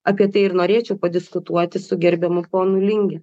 apie tai ir norėčiau padiskutuoti su gerbiamu ponu linge